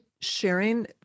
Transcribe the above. sharing